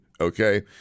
okay